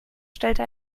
stellte